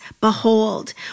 Behold